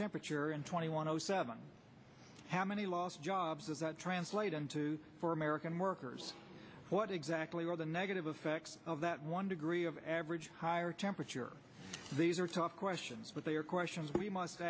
temperature and twenty one zero seven how many lost jobs does that translate into for american workers what exactly are the negative effects of that one degree of average higher temperature these are tough questions but they are questions we must